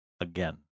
again